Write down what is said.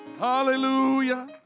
hallelujah